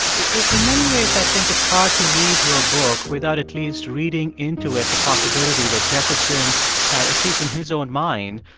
in many ways, i think it's hard to read your book without at least reading into it the possibility that jefferson had, at least in his own mind,